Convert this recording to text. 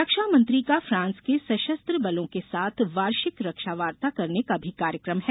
रक्षा मंत्री का फ्रांस के सशस्त्र बलों के साथ वार्षिक रक्षा वार्ता करने का भी कार्यक्रम है